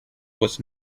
was